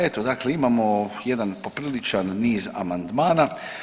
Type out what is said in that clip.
Eto dakle imamo jedan popriličan niz amandmana.